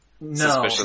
No